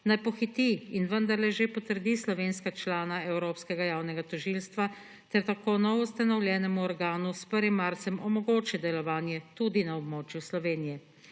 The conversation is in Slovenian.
naj pohiti in vendarle že potrdi slovenska člana Evropskega javnega tožilstva ter tako novoustanovljenemu organu s 1. marcem omogoči delovanje tudi na območju Slovenije.